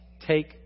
Take